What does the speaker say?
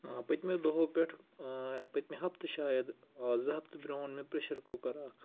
پٔتمیٚو دۄہو پٮ۪ٹھ پٔتمہِ ہفتہٕ شاید زٕ ہَفتہٕ برونٛہہ اوٚن مےٚ پرٛیٚشَر کُکَر اَکھ